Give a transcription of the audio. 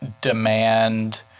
demand